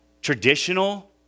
traditional